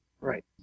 Right